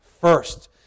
first